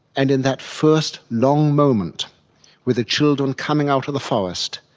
and in that first long moment with the children coming out of the forest,